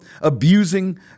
abusing